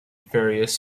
various